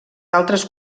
altres